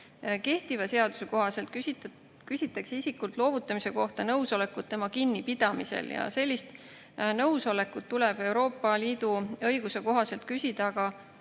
Kehtiva seaduse kohaselt küsitakse isikult loovutamise kohta nõusolekut tema kinnipidamisel. Ja sellist nõusolekut tuleb Euroopa Liidu õiguse kohaselt küsida ka